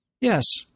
Yes